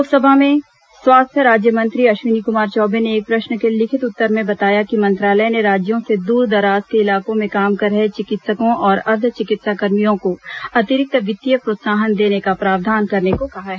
लोकसभा में स्वास्थ्य राज्यमंत्री अश्विनी कुमार चौबे ने एक प्रश्न के लिखित उत्तर में बताया कि मंत्रालय ने राज्यों से दूर दराज के इलाकों में काम कर रहे चिकित्सकों और अर्द्व चिकित्साकर्मियों को अतिरिक्त वित्तीय प्रोत्साहन देने का प्रावधान करने को कहा है